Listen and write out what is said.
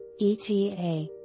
ETA